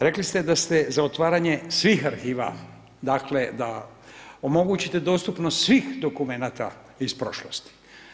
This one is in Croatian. Rekli ste da ste za otvaranje svih arhiva, dakle da omogućite dostupnost svih dokumenata iz prošlosti.